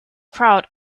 crowd